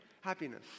happiness